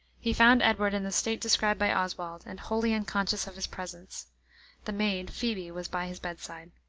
he found edward in the state described by oswald, and wholly unconscious of his presence the maid, phoebe, was by his bedside.